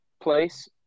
place